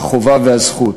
החובה והזכות,